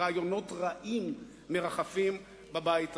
רעיונות רעים מרחפים בבית הזה.